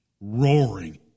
Roaring